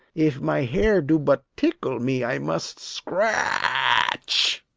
if my hair do but tickle me i must scratch.